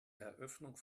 eröffnung